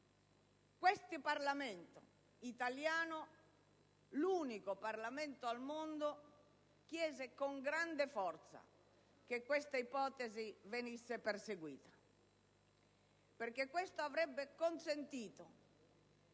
Il Parlamento italiano, l'unico Parlamento al mondo, chiese con grande forza che questa ipotesi venisse perseguita, perché questo avrebbe consentito